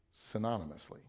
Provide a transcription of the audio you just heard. synonymously